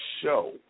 show